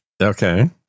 Okay